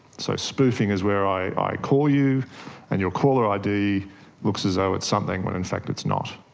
so spoofing is where i call you and your caller id looks as though it's something when in fact it's not.